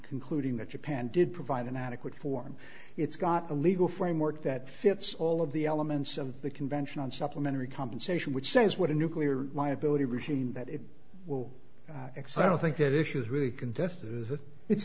concluding that japan did provide an adequate form it's got a legal framework that fits all of the elements of the convention on supplementary compensation which says what a nuclear liability regime that it will excite i think that issues really contest that it's